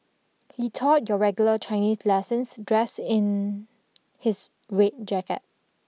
he taught your regular Chinese lessons dressed in his red jacket